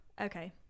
Okay